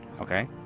Okay